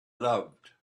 loved